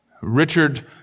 Richard